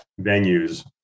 venues